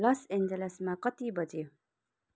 loss एन्जल्समा कति बज्यो